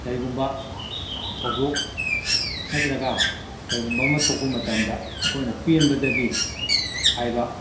ꯀꯔꯤꯒꯨꯝꯕ ꯊꯧꯗꯣꯛ ꯅꯠꯇ꯭ꯔꯒ ꯀꯔꯤꯒꯨꯝꯕ ꯑꯃ ꯊꯣꯛꯄ ꯃꯇꯝꯗ ꯑꯩꯈꯣꯏꯅ ꯄꯦꯟꯕꯗꯒꯤ ꯍꯥꯏꯕ